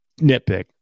nitpick